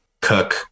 cook